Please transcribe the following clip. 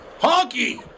Honky